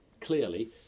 clearly